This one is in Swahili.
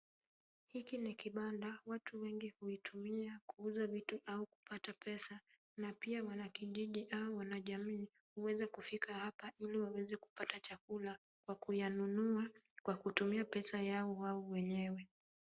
Hiki ni kibanda watu wengi huitumia kuuza vitu au kupata pesa na pia wanakijiji au wanajamii huweza kufika hapa ili waweze kupata chakula kwa kuyanunua kwa kutumia pesa yao wao wenyewe.